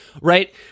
Right